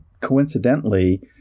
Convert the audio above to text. coincidentally